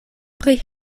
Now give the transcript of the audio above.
pri